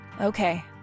Okay